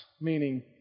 meaning